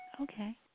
Okay